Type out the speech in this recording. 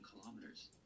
kilometers